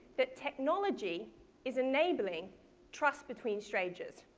that technology is enabling trust between strangers.